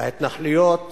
בהתנחלויות